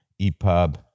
EPUB